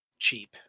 cheap